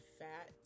fat